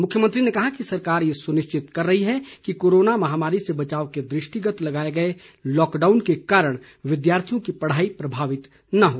मुख्यमंत्री ने कहा कि सरकार ये सुनिश्चित कर रही है कि कोरोना महामारी से बचाव के दृष्टिगत लगाए गए लॉकडाउन के कारण विद्यार्थियों की पढ़ाई प्रभावित न हो